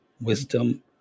wisdom